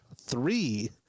three